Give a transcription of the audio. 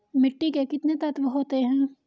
मिट्टी में कितने तत्व होते हैं?